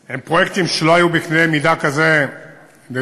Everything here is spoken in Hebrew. הם פרויקטים שלדעתי לא היו בקנה מידה כזה אי-פעם,